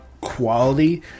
quality